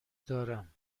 دارم